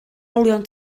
olion